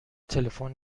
تلفن